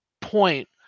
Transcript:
point